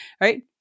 right